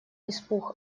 испуг